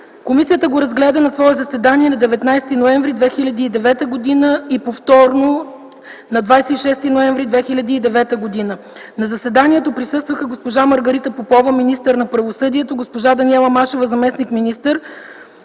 Комисията го разгледа на свое заседание на 19 ноември 2009 г. и повторно на 26 ноември 2009 г. „На заседанието присъстваха госпожа Маргарита Попова – министър на правосъдието, госпожа Даниела Машева – заместник–министър,